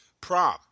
prom